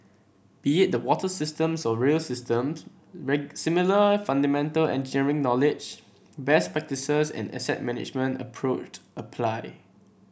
be it the water systems or rail systems similar fundamental engineering knowledge best practices and asset management approached apply